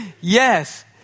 Yes